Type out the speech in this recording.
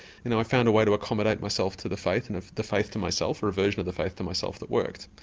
you know i found a way to accommodate myself to the faith and the faith to myself, or a version of the faith to myself that worked.